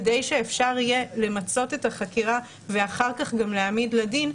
כדי שאפשר יהיה למצות את החקירה ואחר כך גם להעמיד לדין,